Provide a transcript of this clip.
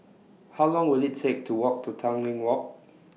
How Long Will IT Take to Walk to Tanglin Walk